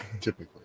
typically